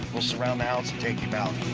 we'll surround the house and take him